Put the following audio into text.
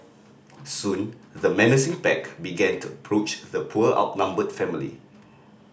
soon the menacing pack began to approach the poor outnumbered family